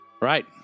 Right